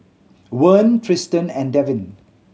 Vern Triston and Devin